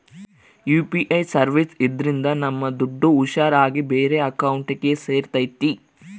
UPI services ಇದ್ರಿಂದ ನಮ್ ದುಡ್ಡು ಹುಷಾರ್ ಆಗಿ ಬೇರೆ ಅಕೌಂಟ್ಗೆ ಸೇರ್ತೈತಿ